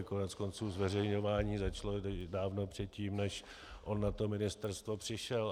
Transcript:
Koneckonců zveřejňování začalo dávno předtím, než o na to ministerstvo přišel.